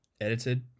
edited